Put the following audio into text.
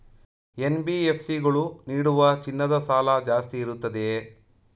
NBFC ಗಳು ನೀಡುವ ಚಿನ್ನದ ಸಾಲ ಜಾಸ್ತಿ ಇರುತ್ತದೆಯೇ?